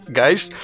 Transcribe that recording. guys